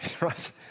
right